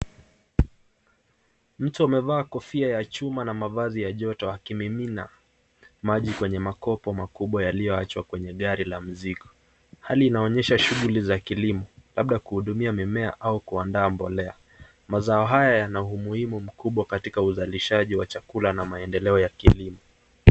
Mtu amevaa kofia ya chuma na mavazi ya joto akimimina maji kwenye makopo makubwa yaliyo achwa kwenye gari la mzigo. Hali inaonyesha shuguli za kilimo labda kuhudumia mimea au kuandaa mbolea. Mazao hayo yana umuhimu mkubwa katika uzalishalishaji wa chakula na maendeleo ya kilimo.